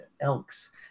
elks